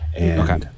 Okay